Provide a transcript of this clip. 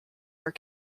were